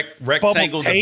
rectangle